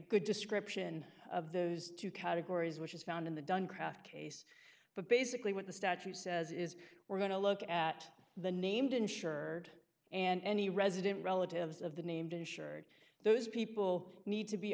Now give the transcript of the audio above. good description of those two categories which is found in the dunn craft case but basically what the statute says is we're going to look at the named insured and any resident relatives of the named insured those people need to be